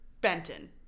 Benton